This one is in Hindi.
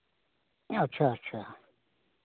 नहीं अच्छा अच्छा है